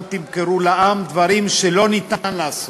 אל תמכרו לעם דברים שאי-אפשר לעשות.